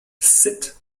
sitt